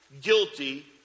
guilty